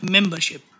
Membership